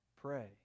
pray